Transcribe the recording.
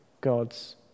God's